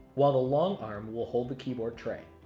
while the long arm will hold the keyboard tray.